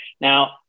Now